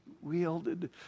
wielded